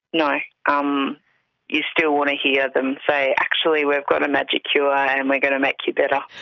no. um you still want to hear them say actually we've got a magic cure and we're going to make you better.